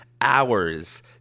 hours